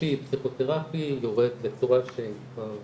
נפשי פסיכותרפי יורד בצורה שהיא כבר